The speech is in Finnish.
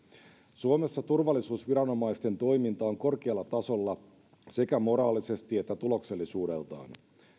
suomessa turvallisuusviranomaisten toiminta on korkealla tasolla sekä moraalisesti että tuloksellisuudeltaan